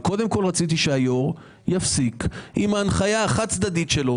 אבל קודם כול רציתי שהיו"ר יפסיק עם ההנחיה החד-צדדית שלו,